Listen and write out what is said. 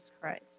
Christ